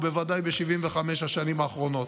ובוודאי ב-75 השנים האחרונות,